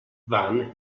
van